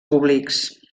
públics